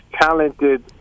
talented